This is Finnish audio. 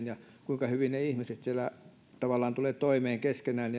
ja kuinka hyvin ihmiset siellä tavallaan tulevat toimeen keskenään